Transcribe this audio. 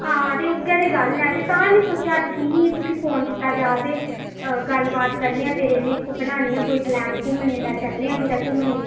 हां ते उ'ऐ ते गल्ल ऐ तां में सोच्चेआ अज्ज की निं तुकी फोन कीता जा ते गल्लबात करने आं तेरे ने क बनाने आं कोई प्लान घूमने दा चलने आं कुतै घूमने ई